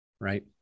right